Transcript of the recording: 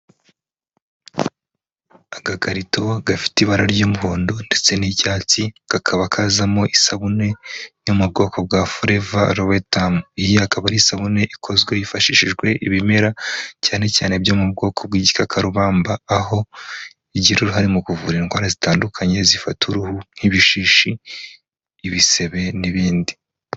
Agakarito gafite ibara ry'umuhondo ndetse n'icyatsi, kakaba kazamo isabune yo mu bwoko bwa Forever Aloe Turm, iyi akaba ari isabune ikozwe hifashishijwe ibimera, cyane cyane byo mu bwoko bw'igikakarubamba, aho igira uruhare mu kuvura indwara zitandukanye zifata uruhu, nk'ibishishi, ibisebe n'ibindi.